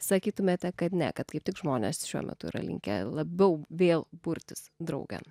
sakytumėte kad ne kad kaip tik žmonės šiuo metu yra linkę labiau vėl burtis draugėn